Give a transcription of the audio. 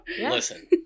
Listen